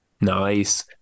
Nice